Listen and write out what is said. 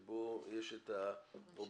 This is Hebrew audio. שבו יש את ה-objectives